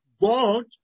God